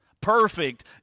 Perfect